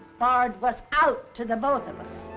bard was out to the both of us.